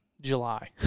July